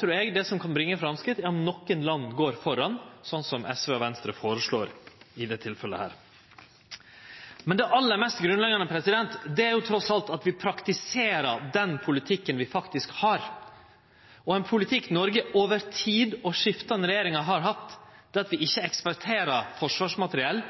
trur eg det som kan bringe framsteg, er at nokre land går føre, slik SV og Venstre føreslår i dette tilfellet. Men det aller mest grunnleggjande er trass i alt at vi praktiserer den politikken vi faktisk har. Og ein politikk Noreg over tid og gjennom skiftande regjeringar har hatt, er at vi ikkje eksporterer forsvarsmateriell